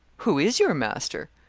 who is your master?